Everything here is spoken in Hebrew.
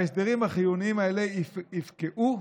ההסדרים החיוניים האלה יפקעו.